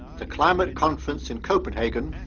the climate conference in copenhagen.